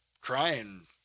crying